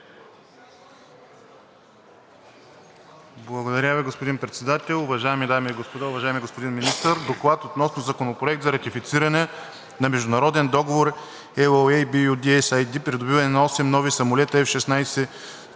Благодаря Ви, господин Председател. Уважаеми дами и господа, уважаеми господин Министър! „ДОКЛАД относно Законопроект за ратифициране на Международен договор (LOA) BU-D-SAD „Придобиване на 8 (осем) нови самолета F-16C/D